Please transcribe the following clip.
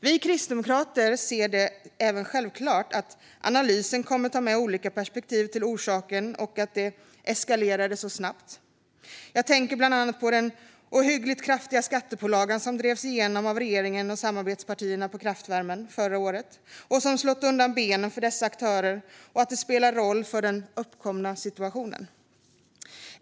Vi kristdemokrater ser det även som självklart att analysen kommer att ta med olika perspektiv till orsaken och att det eskalerade så snabbt. Jag tänker bland annat på den ohyggligt kraftiga skattepålagan som drevs igenom av regeringen och samarbetspartierna på kraftvärmen förra året och som har slagit undan benen för dessa aktörer och på att det spelar roll för den uppkomna situationen.